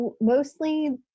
mostly